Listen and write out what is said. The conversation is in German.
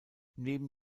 neben